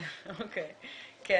כן, מירב.